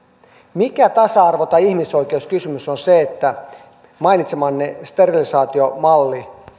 mikä tasa arvo tai ihmisoikeuskysymys on se että mainitsemanne sterilisaatiomalli